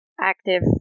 active